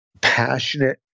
passionate